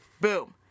Boom